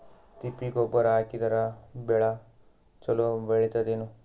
ತಿಪ್ಪಿ ಗೊಬ್ಬರ ಹಾಕಿದರ ಬೆಳ ಚಲೋ ಬೆಳಿತದೇನು?